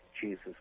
Jesus